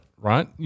Right